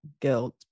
guilt